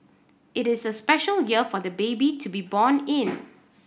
it is a special year for the baby to be born in